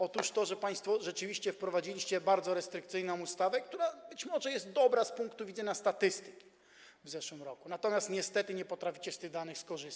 Otóż państwo rzeczywiście wprowadziliście bardzo restrykcyjną ustawę, która być może jest dobra z punktu widzenia statystyki z zeszłego roku, natomiast niestety nie potraficie skorzystać z tych danych.